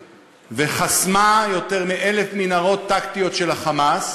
וחסמה יותר מ-1,000 מנהרות טקטיות של ה"חמאס"